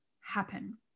happen